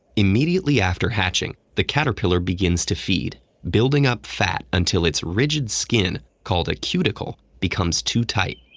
immediately after hatching, the caterpillar begins to feed, building up fat until its rigid skin, called a cuticle, becomes too tight.